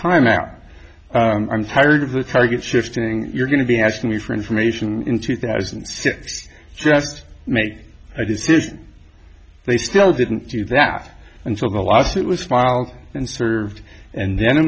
time out i'm tired of the target shifting you're going to be asking me for information in two thousand just make a decision they still didn't do that until the lawsuit was filed and served and then a